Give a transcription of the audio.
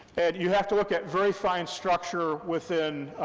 and you have to look at very fine structure within,